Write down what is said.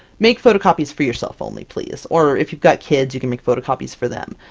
make photocopies for yourself only please, or if you've got kids you can make photocopies for them.